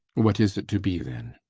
what is it to be then?